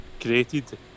created